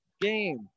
game